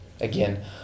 again